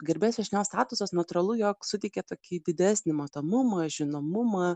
garbės viešnios statusas natūralu jog suteikė tokį didesnį matomumą žinomumą